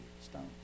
stone